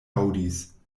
aŭdis